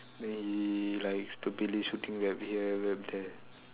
then he like stupidly shooting web here web there